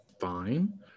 fine